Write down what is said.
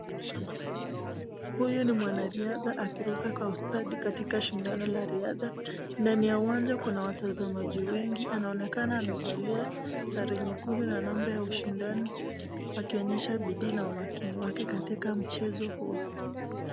Huyu ni mwanariadha akiruka kwa ustadi katika shindano la riadha, ndani ya uwanja kuna watazamaji wengi anaonekana amevalia sare nyekundu na number ya ushindano akionyesha bidii na umakini wake katika michezo huo.